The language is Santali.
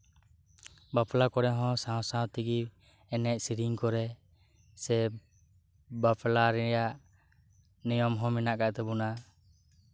ᱵᱟᱯᱞᱟ ᱠᱚᱨᱮ ᱦᱚᱸ ᱥᱟᱶ ᱥᱟᱶ ᱛᱮᱜᱮ ᱮᱱᱮᱡ ᱥᱮᱨᱮᱧ ᱠᱚᱨᱮᱜ ᱥᱮ ᱵᱟᱯᱞᱟ ᱨᱮᱭᱟᱜ ᱱᱤᱭᱚᱢ ᱦᱚᱸ ᱢᱮᱱᱟᱜ ᱟᱠᱟᱫ ᱛᱟᱵᱚᱱᱟ